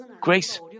grace